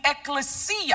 ecclesia